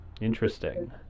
interesting